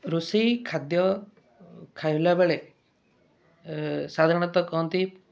ରୋଷେଇ ଖାଦ୍ୟ ଖାଇଲା ବେଳେ ସାଧାରଣତଃ କହନ୍ତି